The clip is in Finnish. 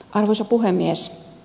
arvoisa puhemies